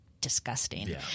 disgusting